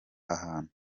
ahantu